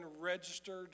registered